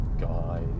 guys